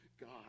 God